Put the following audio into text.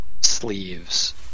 sleeves